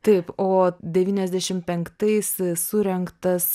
taip o devyniasdešim penktais surengtas